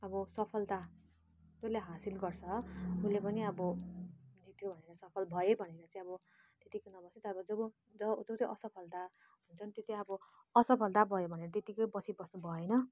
अब सफलता जसले हासिल गर्छ उसले पनि अब जित्यो भनेर सफल भएँ भनेर चाहिँ अब त्यतिकै नबसी जब जो जुन चाहिँ असफलता हुन्छ नि त्यो चाहिँ अब असफलता भयो भनेर त्यतिकै बसिबस्नु भएन